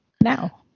now